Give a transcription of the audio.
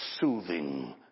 soothing